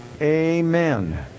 Amen